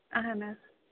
اَہَن حظ